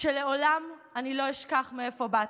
שלעולם אני לא אשכח מאיפה באתי,